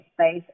space